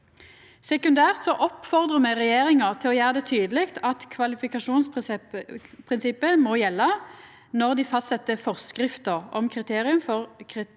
Sekundært oppfordrar me regjeringa til å gjera det tydeleg at kvalifikasjonsprinsippet må gjelda når dei fastset forskrifter om kriterium for tildeling